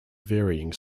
varying